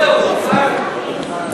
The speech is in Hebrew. ישימו להם אזיקים אבל הם ימשיכו ללמוד תורה.